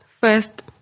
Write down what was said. First